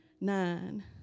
nine